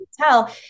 tell